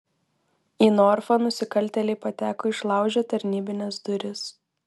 į norfą nusikaltėliai pateko išlaužę tarnybines duris